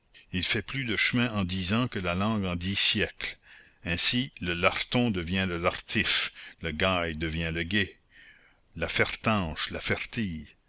il fait plus de chemin en dix ans que la langue en dix siècles ainsi le larton devient le lartif le gail devient le gaye la fertanche la fertille